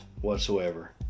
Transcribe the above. whatsoever